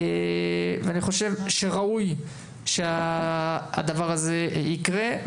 אני חושב שראוי שהדבר הזה יקרה.